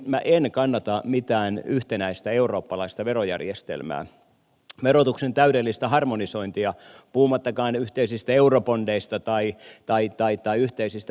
minä en kannata mitään yhtenäistä eurooppalaista verojärjestelmää verotuksen täydellistä harmonisointia puhumattakaan yhteisistä eurobondeista tai yhteisistä verotuloista